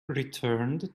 returned